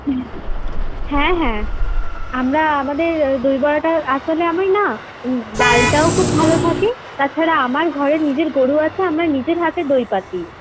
হুম হ্যাঁ হ্যাঁ আমরা আমাদের দই বড়াটা আসলে আমি না ডালটাও খুব ভাল তাছাড়া আমার ঘরে নিজের গরু আছে আমরা নিজের হাতে দই পাতি